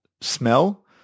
smell